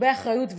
הרבה אחריות,